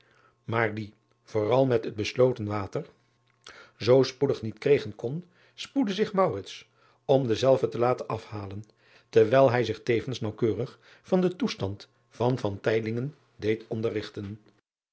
maar die vooral met het besloten water zoo spoedig niet kregen kon spoedde zich om dezelve te laten afhalen terwijl hij zich tevens naauwkeurig van den toestand van deed